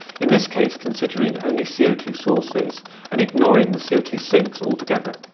in this case, considering only c o two sources and ignoring the c o two sinks altogether.